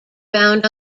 found